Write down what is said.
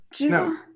No